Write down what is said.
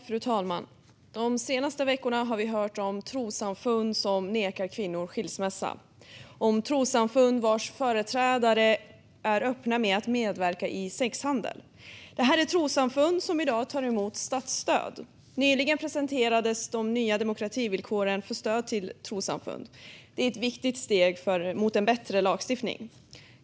Fru talman! De senaste veckorna har vi hört om trossamfund som nekar kvinnor skilsmässa och om trossamfund vars företrädare är öppna med medverkan i sexhandel. Det här är trossamfund som i dag tar emot statsstöd. Nyligen presenterades de nya demokrativillkoren för stöd till trossamfund. Det är ett viktigt steg mot en bättre lagstiftning.